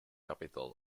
capital